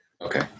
Okay